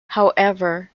however